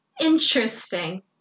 interesting